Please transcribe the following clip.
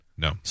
No